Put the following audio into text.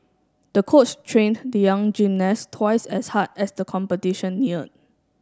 the coach trained the young gymnast twice as hard as the competition near